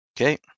Okay